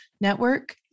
network